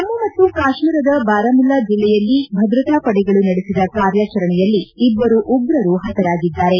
ಜಮ್ಮ ಮತ್ತು ಕಾಶ್ಮೀರದ ಬಾರಮುಲ್ಲಾ ಜಿಲ್ಲೆಯಲ್ಲಿ ಭದ್ರತಾ ಪಡೆಗಳು ನಡೆಸಿದ ಕಾರ್ಯಾಚರಣೆಯಲ್ಲಿ ಇಬ್ಬರು ಉಗ್ರರು ಹತರಾಗಿದ್ದಾರೆ